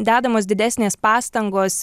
dedamos didesnės pastangos